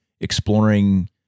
exploring